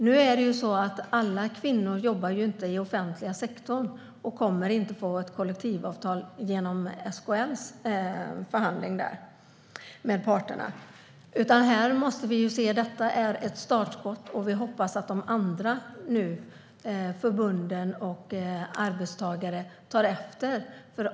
Nu jobbar inte alla kvinnor i den offentliga sektorn, och alla omfattas inte av ett kollektivavtal genom SKL:s förhandling med parterna. Detta är ett startskott. Vi hoppas nu att andra förbund och arbetsgivare tar efter.